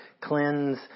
Cleanse